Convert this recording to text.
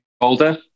older